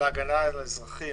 להגנה על האזרחים,